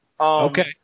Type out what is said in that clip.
Okay